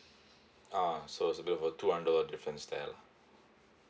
ah so it's a bit of a two hundred dollar difference there lah